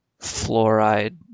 fluoride